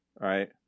right